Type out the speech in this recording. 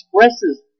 expresses